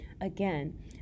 again